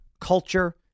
Culture